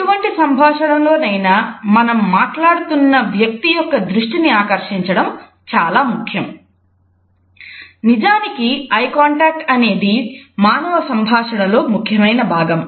ఎటువంటి సంభాషణ లోనైనా మనం మాట్లాడుతున్న వ్యక్తి యొక్క దృష్టిని ఆకర్షించడం చాలా ముఖ్యం